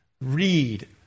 read